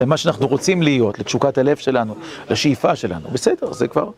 למה שאנחנו רוצים להיות, לתשוקת הלב שלנו, לשאיפה שלנו, בסדר, זה כבר.